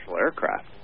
aircraft